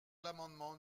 l’amendement